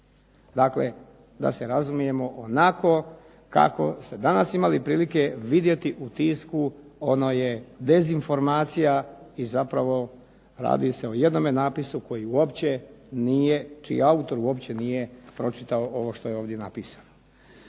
Dakle, da se razumijemo onako kako ste danas imali prilike vidjeti u tisku ono je dezinformacija i zapravo radi se o jednome napisu koji uopće nije, čiji autor uopće nije pročitao ovo što je ovdje napisano.